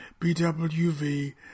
BWV